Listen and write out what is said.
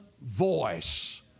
voice